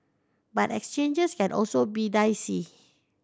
but exchanges can also be dicey